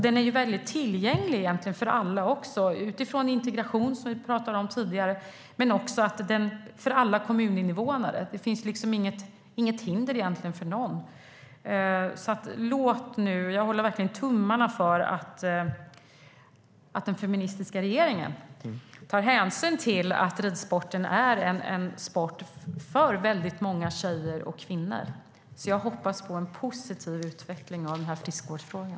Den är också tillgänglig för alla, dels utifrån integrationsperspektivet, dels för alla kommuninvånare. Det finns egentligen inget hinder för någon. Jag håller verkligen tummarna för att den feministiska regeringen tar hänsyn till att ridsporten är en sport för väldigt många tjejer och kvinnor. Jag hoppas på en positiv utveckling av den här friskvårdsfrågan.